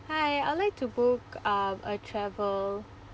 hi I'll like to book uh a travel